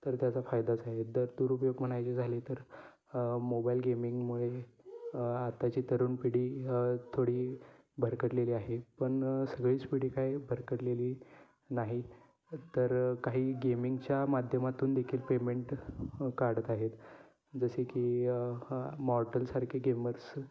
तर त्याचा फायदाच आहे दर दुरुपयोग म्हणायचे झाले तर मोबाईल गेमिंगमुळे आताची तरुण पिढी थोडी भरकटलेली आहे पण सगळीच पिढी काही भरकटलेली नाही तर काही गेमिंगच्या माध्यमातून देखील पेमेंट काढत आहेत जसे की मॉर्टलसारखे गेमर्स